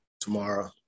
tomorrow